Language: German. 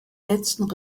letzten